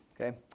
Okay